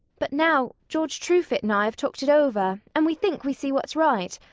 but now george truefit and i have talked it over and we think we see what's right.